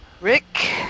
Rick